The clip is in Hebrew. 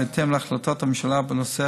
בהתאם להחלטת הממשלה בנושא,